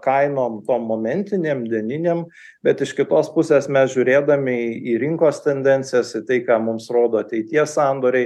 kainom tom momentinėm dieninėm bet iš kitos pusės mes žiūrėdami į rinkos tendencijas į tai ką mums rodo ateities sandoriai